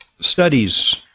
studies